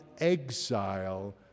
exile